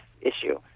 issue